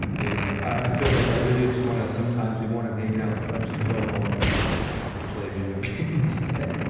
you know, i feel like i really just want to. sometimes even when i'm hanging out with friends, just go home and and play video instead.